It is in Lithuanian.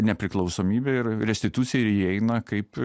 nepriklausomybę ir restitucija įeina kaip